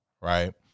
Right